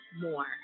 more